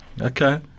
Okay